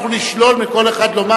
אנחנו נשלול מכל אחד לומר?